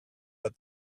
but